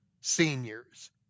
Seniors